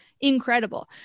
incredible